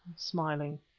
smiling.